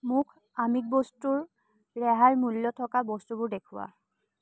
মোক আমিষ বস্তুৰ ৰেহাই মূল্য থকা বস্তুবোৰ দেখুওৱা